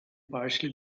partially